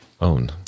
own